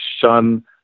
shun